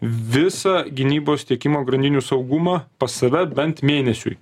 visą gynybos tiekimo grandinių saugumą pas save bent mėnesiui